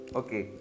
okay